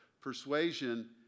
persuasion